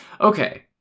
Okay